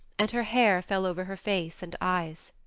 and her hair fell over her face and eyes.